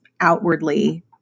outwardly